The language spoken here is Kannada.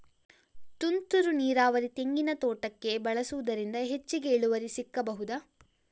ತುಂತುರು ನೀರಾವರಿ ತೆಂಗಿನ ತೋಟಕ್ಕೆ ಬಳಸುವುದರಿಂದ ಹೆಚ್ಚಿಗೆ ಇಳುವರಿ ಸಿಕ್ಕಬಹುದ?